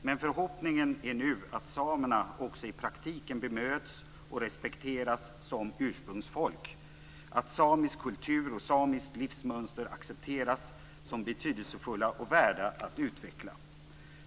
Men förhoppningen är nu att samerna också i praktiken ska bemötas och respekteras som ursprungsfolk, att samisk kultur och samiskt livsmönster accepteras som betydelsefulla och värda att utveckla.